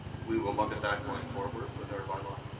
we will look at that going forward with our by law?